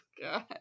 God